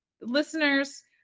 Listeners